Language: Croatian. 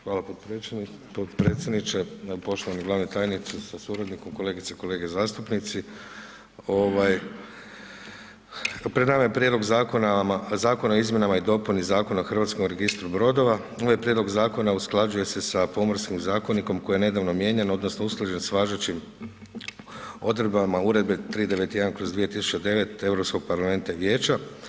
Hvala potpredsjedniče, poštovani glavni tajniče sa suradnikom, kolegice i kolege zastupnici, ovaj pred nama je Prijedlog zakona o izmjenama i dopuni Zakona o HRB, ovaj prijedlog zakona usklađuje se sa Pomorskim zakonikom koji je nedavno mijenjan odnosno usklađen s važećim odredbama Uredbe 391/2009 Europskog parlamenta i vijeća.